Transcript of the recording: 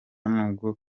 nubwo